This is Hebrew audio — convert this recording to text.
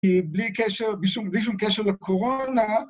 ‫בלי שום קשר לקורונה.